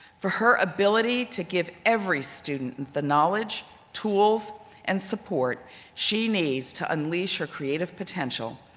for her ability to give every student the knowledge, tools and support she needs to unleash her creative potential.